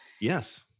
Yes